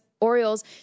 Orioles